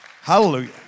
Hallelujah